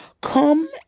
Come